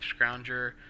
Scrounger